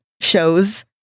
shows